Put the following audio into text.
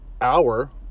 hour